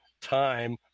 time